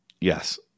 Yes